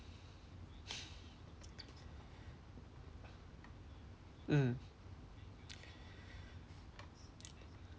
mm